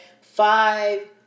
five